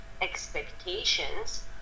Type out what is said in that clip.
expectations